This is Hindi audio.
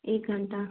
एक घंटा